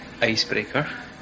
icebreaker